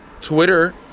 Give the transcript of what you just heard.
twitter